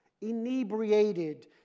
inebriated